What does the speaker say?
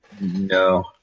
No